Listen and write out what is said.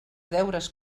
deures